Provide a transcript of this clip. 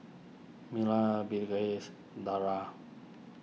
Melur Balqis Dara